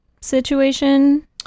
situation